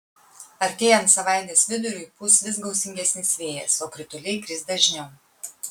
artėjant savaitės viduriui pūs vis gūsingesnis vėjas o krituliai kris dažniau